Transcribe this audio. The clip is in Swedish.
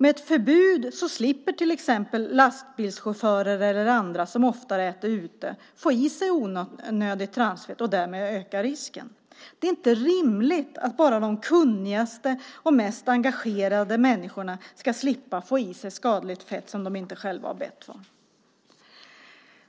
Med ett förbud slipper till exempel lastbilschaufförer eller andra som ofta äter ute få i sig onödigt transfett och därmed öka risken. Det är inte rimligt att bara de kunnigaste och mest engagerade människorna ska slippa få i sig skadligt fett som de inte själva har bett om.